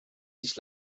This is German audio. sich